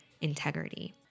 integrity